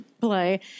play